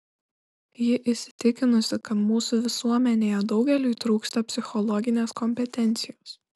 ji įsitikinusi kad mūsų visuomenėje daugeliui trūksta psichologinės kompetencijos